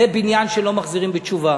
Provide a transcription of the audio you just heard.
זה בניין שלא מחזירים בו בתשובה.